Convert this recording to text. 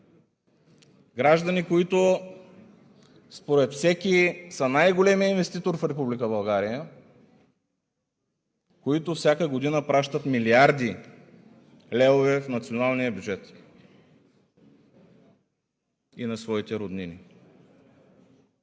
граждани, които според всеки са най-големият инвеститор в Република България, които всяка година пращат милиарди левове в националния бюджет и на своите роднини.